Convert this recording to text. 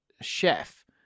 chef